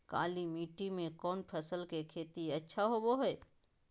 काली मिट्टी में कौन फसल के खेती अच्छा होबो है?